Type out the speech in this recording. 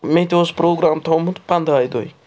مےٚ تہِ اوس پرٛوگرام تھوٚومُت پَنٛداہہِ دۅہۍ